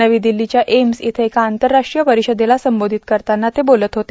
नवी दिल्लीच्या एम्स इथं एका आंतरराष्टीय परिषदेला संबोधित करताना ते बोलत होते